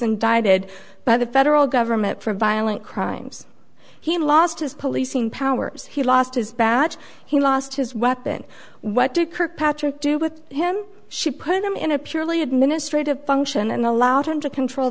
indicted by the federal government for violent crimes he lost his policing powers he lost his badge he lost his weapon what did kirkpatrick do with him she put him in a purely administrative function and allowed him to control